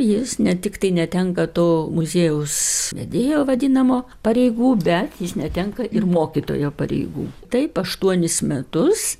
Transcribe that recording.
jis ne tiktai netenka to muziejaus vedėjo vadinamo pareigų bet jis netenka ir mokytojo pareigų taip aštuonis metus